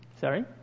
Sorry